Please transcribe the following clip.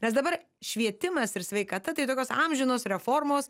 nes dabar švietimas ir sveikata tai tokios amžinos reformos